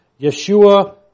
Yeshua